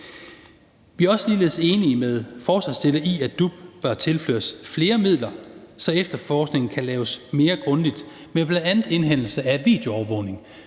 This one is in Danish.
Vi er ligeledes enige med forslagsstillerne i, at DUP bør tilføres flere midler, så efterforskningen kan laves mere grundigt med bl.a. indhentelse af videoovervågning.